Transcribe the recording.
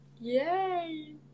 Yay